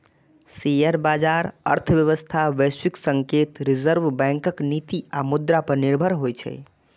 share बाजार अर्थव्यवस्था, वैश्विक संकेत, रिजर्व बैंकक नीति आ मुद्रा पर निर्भर होइ छै